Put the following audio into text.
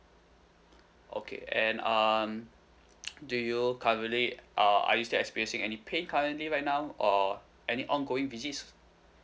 okay and um do you currently uh are you still experiencing any pain currently right now or any ongoing visits